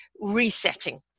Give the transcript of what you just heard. resetting